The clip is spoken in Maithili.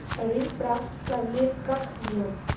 ऋण प्राप्त करने कख नियम?